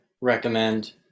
recommend